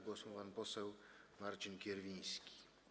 Głos ma pan poseł Marcin Kierwiński.